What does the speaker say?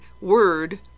word